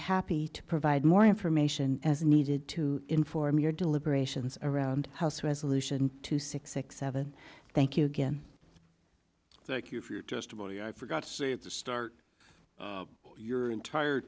happy to provide more information as needed to inform your deliberations around house resolution two six six seven thank you again thank you for your testimony i forgot to say at the start your entire